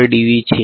તેથી તે છે